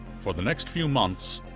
for the next few months,